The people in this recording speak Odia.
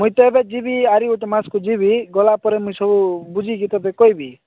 ମୁଇଁ ତ ଏବେ ଯିବି ଆରି ଗୋଟେ ମାସ୍କୁ ଯିବି ଗଲା ପରେ ମୁଇଁ ସବୁ ବୁଝିକି ତୋତେ କହିବି